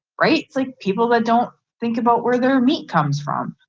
right? like people that don't think about where their meat comes from.